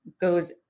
goes